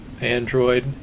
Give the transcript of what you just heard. android